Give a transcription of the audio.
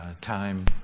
time